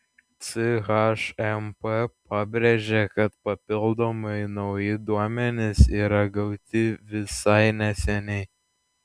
chmp pabrėžė kad papildomai nauji duomenys yra gauti visai neseniai